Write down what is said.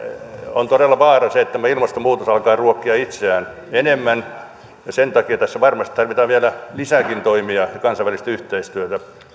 on todella vaara se että tämä ilmastonmuutos alkaa ruokkia itseään enemmän sen takia tässä varmasti tarvitaan vielä lisääkin toimia ja kansainvälistä yhteistyötä